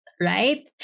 right